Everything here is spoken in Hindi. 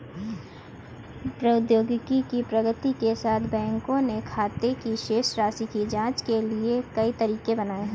प्रौद्योगिकी की प्रगति के साथ, बैंकों ने खाते की शेष राशि की जांच के लिए कई तरीके बनाए है